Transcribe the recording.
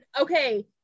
okay